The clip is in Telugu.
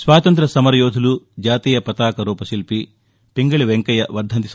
స్వాతంత్ర్య సమర యోధుడు జాతీయ వతాక రూపశిల్పి పింగళి వెంకయ్య వర్షంతి న్